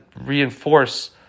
reinforce